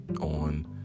on